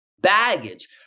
baggage